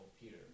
Peter